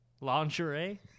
Lingerie